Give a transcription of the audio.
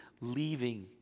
leaving